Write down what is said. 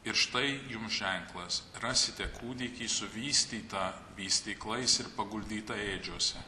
ir štai jums ženklas rasite kūdikį suvystytą vystyklais ir paguldytą ėdžiose